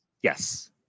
Yes